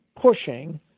pushing